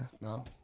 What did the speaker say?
no